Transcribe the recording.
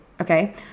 Okay